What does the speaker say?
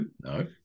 No